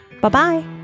Bye-bye